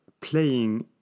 playing